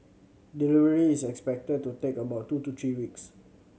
delivery is expected to take about two to three weeks